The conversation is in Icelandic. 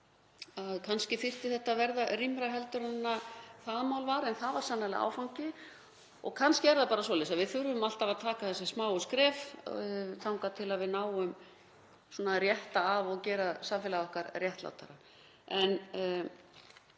Kannski þyrfti þetta verða rýmra en það mál var en það var sannarlega áfangi og kannski er það bara svoleiðis að við þurfum alltaf að taka þessi smáu skref þangað til að við náum að rétta af og gera samfélagið okkar réttlátara.